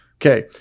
Okay